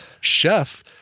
chef